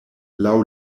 laŭ